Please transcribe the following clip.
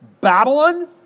Babylon